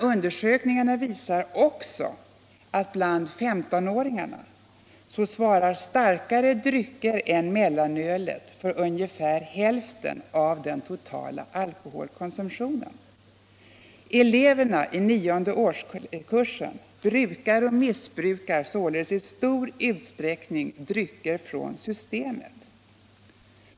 Undersökningarna visar också att bland 1S5-åringarna svarar starkare drycker än mellanölet för ungefär hälften av den totala alkoholkonsumtionen. Eleverna i 9:e årskursen brukar och missbrukar således i stor utsträckning drycker från Systemet.